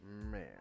Man